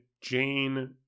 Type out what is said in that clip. Jane